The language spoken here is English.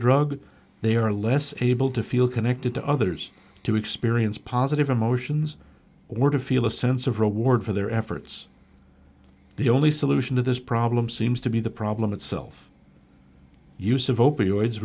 drug they are less able to feel connected to others to experience positive emotions or to feel a sense of reward for their efforts the only solution to this problem seems to be the problem itself use of op